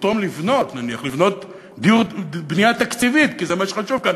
פתאום לבנות בנייה תקציבית, כי זה מה שחשוב כאן,